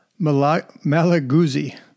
Malaguzzi